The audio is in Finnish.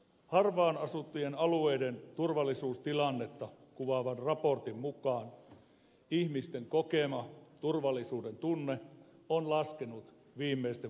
harvaanasuttujen alueiden turvallisuustilannetta kuvaavan raportin mukaan ihmisten kokema turvallisuudentunne on laskenut viimeisten vuosien aikana